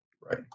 Right